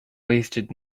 wasted